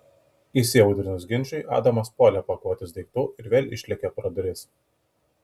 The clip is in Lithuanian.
įsiaudrinus ginčui adamas puolė pakuotis daiktų ir vėl išlėkė pro duris